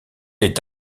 est